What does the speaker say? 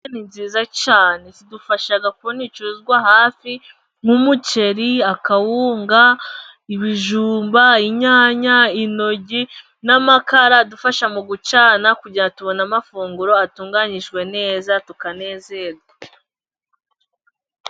Butike ni nziza cyane zidufasha kubona ibicuruzwa hafi, nk'umuceri, akawunga, ibijumba, inyanya, intoryi n'amakara, adufasha mu gucana, kugira ngo tubona amafunguro atunganijwe neza tukanezerwa.